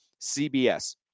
CBS